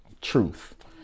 truth